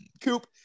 Coop